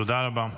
תודה רבה.